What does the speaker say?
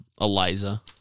Eliza